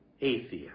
atheist